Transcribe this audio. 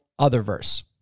otherverse